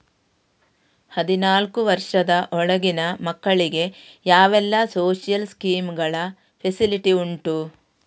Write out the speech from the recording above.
ಹದಿನಾಲ್ಕು ವರ್ಷದ ಒಳಗಿನ ಮಕ್ಕಳಿಗೆ ಯಾವೆಲ್ಲ ಸೋಶಿಯಲ್ ಸ್ಕೀಂಗಳ ಫೆಸಿಲಿಟಿ ಉಂಟು?